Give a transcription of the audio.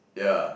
ya